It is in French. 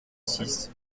six